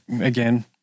again